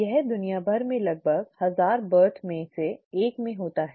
यह दुनिया भर में लगभग 1000 जन्मों में से 1 में होता है